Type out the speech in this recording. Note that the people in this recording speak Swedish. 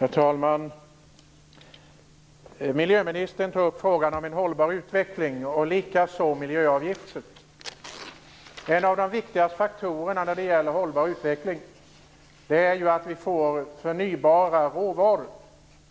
Herr talman! Miljöministern tar upp frågan om en hållbar utveckling och om miljöavgifter. En av de viktigaste faktorerna när det gäller en hållbar utveckling är att vi får förnybara råvaror, att